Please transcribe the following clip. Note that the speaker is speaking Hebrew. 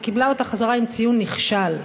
וקיבלה אותה בחזרה עם ציון נכשל.